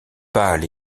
pâle